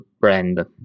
brand